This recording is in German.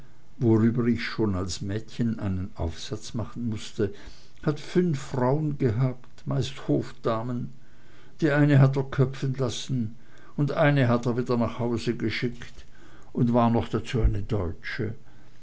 worüber ich auch schon als mädchen einen aufsatz machen mußte hat fünf frauen gehabt meist hofdamen und eine hat er köpfen lassen und eine hat er wieder nach hause geschickt und war noch dazu eine deutsche